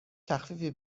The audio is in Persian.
تخفیفی